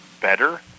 better